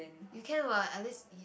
you can what unless y~